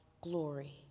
glory